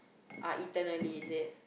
are eaten early is it